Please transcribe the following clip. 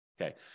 Okay